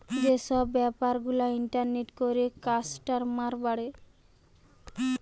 যে সব বেপার গুলা ইন্টারনেটে করে কাস্টমার বাড়ে